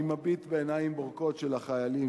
אני מביט בעיניים הבורקות של החיילים,